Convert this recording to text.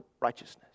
righteousness